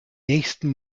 nächsten